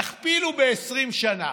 תכפילו ב-20 שנה,